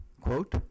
quote